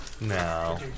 no